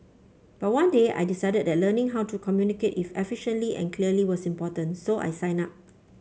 but one day I decided the learning how to communicate efficiently and clearly was important so I signed up